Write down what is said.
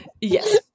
Yes